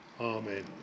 Amen